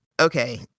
okay